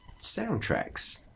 soundtracks